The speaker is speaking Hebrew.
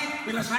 בצבא.